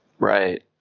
Right